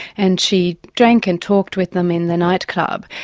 and she drank and talked with them in the night club.